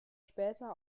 später